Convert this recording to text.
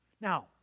Now